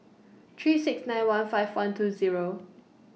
three six nine one five one two Zero